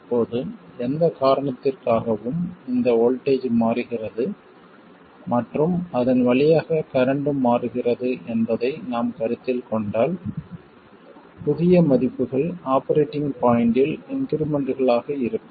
இப்போது எந்த காரணத்திற்காகவும் இந்த வோல்ட்டேஜ் மாறுகிறது மற்றும் அதன் வழியாக கரண்ட்டும் மாறுகிறது என்பதை நாம் கருத்தில் கொண்டால் புதிய மதிப்புகள் ஆபரேட்டிங் பாய்ண்ட்டில் இன்க்ரிமெண்ட்களாக இருக்கும்